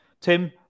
Tim